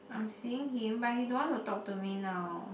I'm seeing him but he don't want to talk to me now